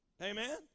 Amen